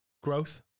growth